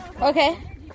Okay